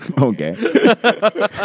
Okay